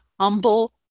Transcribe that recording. humble